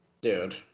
Dude